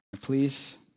Please